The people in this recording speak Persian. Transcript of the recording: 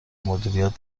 مدیریت